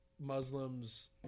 Muslims